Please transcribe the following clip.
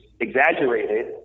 exaggerated